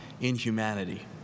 inhumanity